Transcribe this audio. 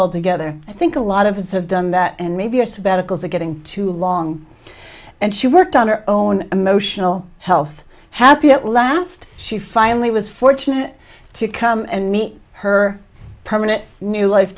all together i think a lot of us have done that and maybe our sabbaticals are getting too long and she worked on her own emotional health happy at last she finally was fortunate to come and meet her permanent new life